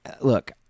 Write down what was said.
Look